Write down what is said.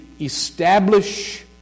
establish